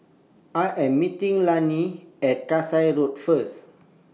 I Am meeting Lanny At Kasai Road First